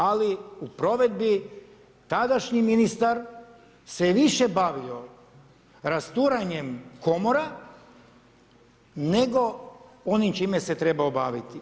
Ali u provedbu tadašnji ministar se je više bavio rasturanjem komora nego onim čime se trebao baviti.